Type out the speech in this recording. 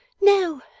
No